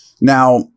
Now